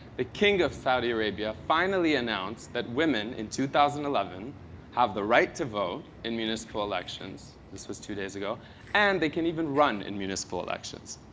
the king of saudi arabia finally announced that women in two thousand and eleven have the right to vote in municipal elections this was two days ago and they can even run in municipal elections.